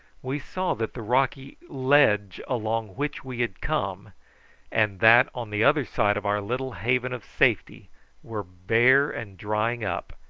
we saw that the rocky ledge along which we had come and that on the other side of our little haven of safety were bare and drying up,